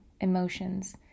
emotions